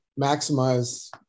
maximize